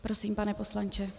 Prosím, pane poslanče.